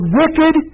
wicked